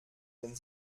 wenn